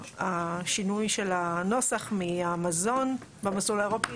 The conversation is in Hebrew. השינוי של הנוסח מהמזון במסלול האירופי